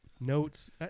Notes